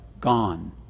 gone